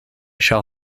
shall